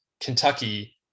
kentucky